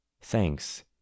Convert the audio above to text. Thanks